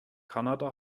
kanada